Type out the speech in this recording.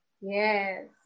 Yes